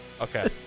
okay